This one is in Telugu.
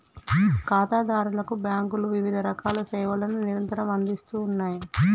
ఖాతాదారులకు బ్యాంకులు వివిధరకాల సేవలను నిరంతరం అందిస్తూ ఉన్నాయి